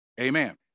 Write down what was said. Amen